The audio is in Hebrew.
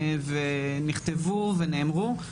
נכתבו ונאמרו.